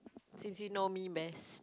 since you know me best